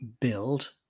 build